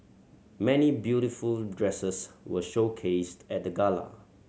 many beautiful dresses were showcased at the gala